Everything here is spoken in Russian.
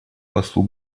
послу